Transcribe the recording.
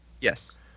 Yes